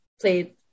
played